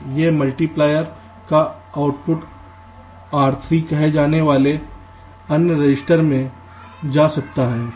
इस मल्टीप्लायर का output R3 कहे जाने वाले अन्य रजिस्टर में जा सकता है